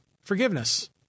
forgiveness